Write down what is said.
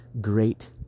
great